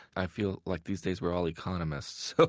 i feel like these days we're all economists,